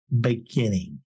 beginning